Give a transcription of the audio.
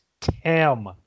Tim